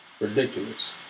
Ridiculous